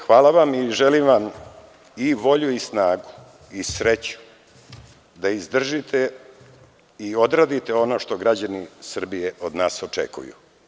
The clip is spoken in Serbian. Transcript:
Hvala vam, i želim vam i volju i snagu i sreću da izdržite i odradite ono što građani Srbije očekuju.